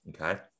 Okay